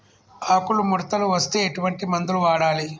ఆకులు ముడతలు వస్తే ఎటువంటి మందులు వాడాలి?